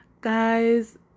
Guys